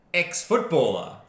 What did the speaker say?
ex-footballer